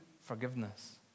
forgiveness